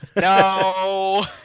No